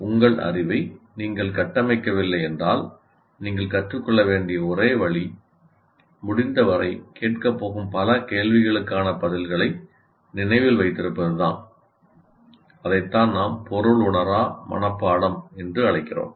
உங்கள் அறிவை நீங்கள் கட்டமைக்கவில்லை என்றால் நீங்கள் கற்றுக் கொள்ள வேண்டிய ஒரே வழி முடிந்தவரை கேட்கப் போகும் பல கேள்விகளுக்கான பதில்களை நினைவில் வைத்திருப்பதுதான் அதைத்தான் நாம் பொருளுணரா மனப்பாடம் என்று அழைக்கிறோம்